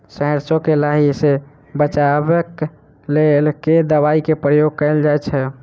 सैरसो केँ लाही सऽ बचाब केँ लेल केँ दवाई केँ प्रयोग कैल जाएँ छैय?